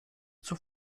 zur